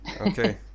okay